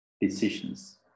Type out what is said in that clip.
decisions